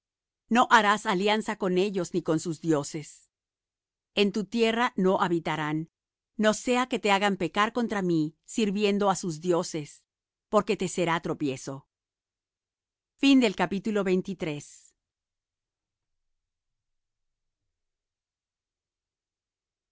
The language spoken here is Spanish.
no harás alianza con ellos ni con sus dioses en tu tierra no habitarán no sea que te hagan pecar contra mí sirviendo á sus dioses porque te será de tropiezo y